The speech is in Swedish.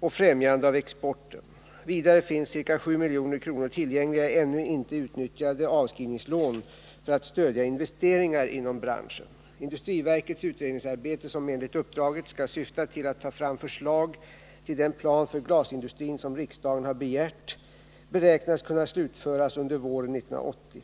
och främjande av exporten. Vidare finns ca 7 milj.kr. tillgängliga i ännu inte utnyttjade avskrivningslån för att stödja investeringar inom branschen. Industriverkets utredningsarbete, som enligt uppdraget skall syfta till att ta fram förslag till den plan för glasindustrin som riksdagen har begärt , beräknas kunna slutföras under våren 1980.